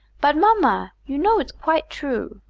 but mamma, you know its quite true,